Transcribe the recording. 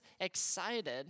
excited